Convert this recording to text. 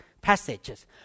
passages